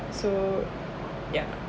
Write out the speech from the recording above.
so yeah